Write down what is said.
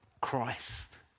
Christ